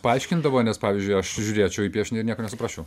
paaiškindavo nes pavyzdžiui aš žiūrėčiau į piešinį ir nieko nesuprasčiau